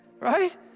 right